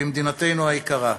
במדינתנו היקרה.